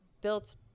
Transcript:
built